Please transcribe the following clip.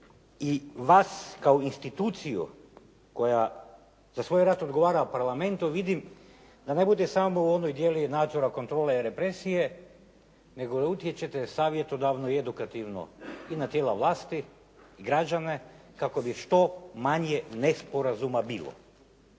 i vas kao instituciju koja za svoju raspravu odgovara parlamentu, vidim da ne bude samo u onom dijelu nadzora, kontrole i represije, nego da utječete savjetodavno i edukativno i na tijela vlasti, građane, kako bi što manje nesporazuma bilo.